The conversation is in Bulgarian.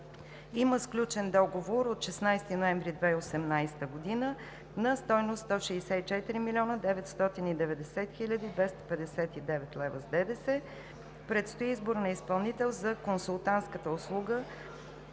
има сключен договор от 16 ноември 2018 г. на стойност 164 млн. 990 хил. 259 лв. с ДДС. Предстои избор на изпълнител за консултантската услуга